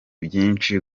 byinshi